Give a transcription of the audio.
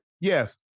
Yes